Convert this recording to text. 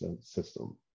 system